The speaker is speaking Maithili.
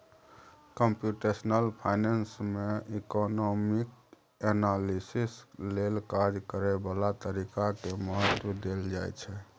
कंप्यूटेशनल फाइनेंस में इकोनामिक एनालिसिस लेल काज करए बला तरीका के महत्व देल जाइ छइ